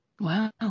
Wow